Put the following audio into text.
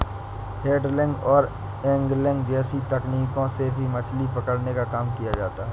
handling और angling जैसी तकनीकों से भी मछली पकड़ने का काम किया जाता है